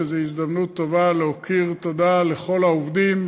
וזו הזדמנות טובה להכיר תודה לכל העובדים